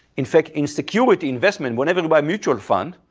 in fact, in security investment, whenever you buy mutual fund,